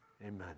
Amen